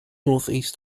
northeast